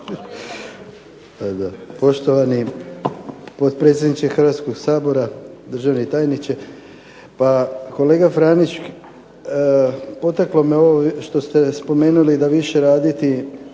Poštovani potpredsjedniče Hrvatskog sabora, državni tajniče. Pa kolega Franić poteklo me ovo što ste spomenuli da više raditi